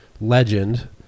legend